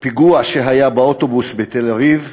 הפיגוע שהיה באוטובוס בתל-אביב.